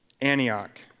Antioch